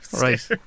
right